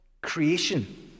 creation